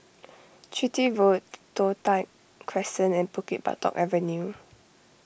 Chitty Road Toh Tuck Crescent and Bukit Batok Avenue